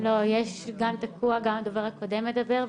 גם לתקציב המדינה,